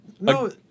No